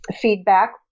feedback